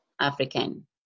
African